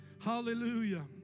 Hallelujah